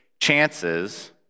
Chances